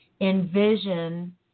envision